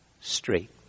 straight